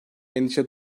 endişe